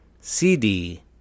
CD